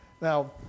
Now